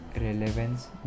relevance